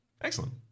Excellent